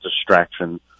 distraction